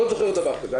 לא זוכר דבר כזה,